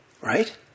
Right